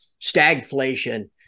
stagflation